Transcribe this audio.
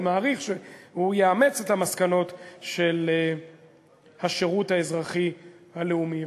אני מעריך שהוא יאמץ את המסקנות של השירות האזרחי הלאומי.